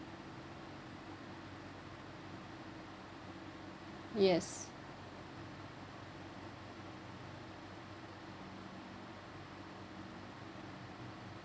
yes